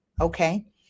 Okay